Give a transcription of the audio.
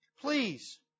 Please